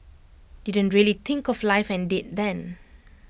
didn't really think of life and death then